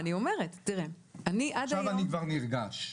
עכשיו אני כבר נרגש.